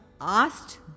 asked